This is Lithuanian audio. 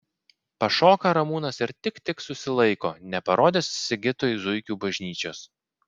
pašoka ramūnas ir tik tik susilaiko neparodęs sigitui zuikių bažnyčios